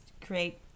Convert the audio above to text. create